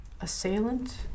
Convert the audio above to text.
assailant